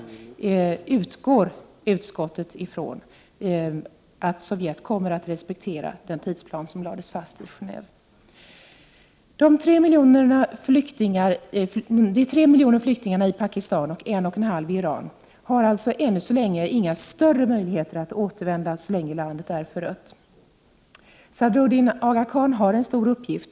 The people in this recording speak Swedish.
Man utgår alltså från att Sovjet kommer att respektera den tidsplan som lagts fast i Geneve. Så länge landet är förött har således de 3 miljoner flyktingarna i Pakistan och de 1,5 miljoner flyktingarna i Iran inga större möjligheter att återvända hem. Sadruddin Aga Khan har en stor uppgift.